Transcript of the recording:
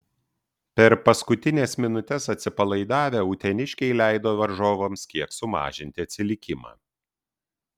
per paskutines minutes atsipalaidavę uteniškiai leido varžovams kiek sumažinti atsilikimą